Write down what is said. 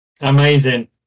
Amazing